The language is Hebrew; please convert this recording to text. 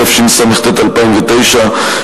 התשס"ט 2009,